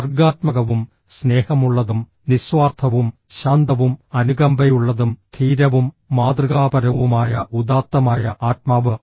സർഗ്ഗാത്മകവും സ്നേഹമുള്ളതും നിസ്വാർത്ഥവും ശാന്തവും അനുകമ്പയുള്ളതും ധീരവും മാതൃകാപരവുമായ ഉദാത്തമായ ആത്മാവ്